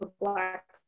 black